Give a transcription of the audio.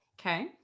Okay